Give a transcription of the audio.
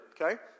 Okay